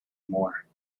more